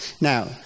Now